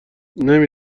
نمی